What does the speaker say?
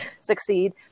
succeed